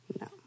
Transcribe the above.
No